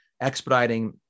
expediting